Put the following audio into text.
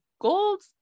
gold